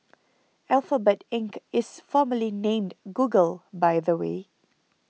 Alphabet Inc is formerly named Google by the way